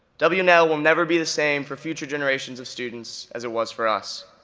w and l will never be the same for future generations of students as it was for us.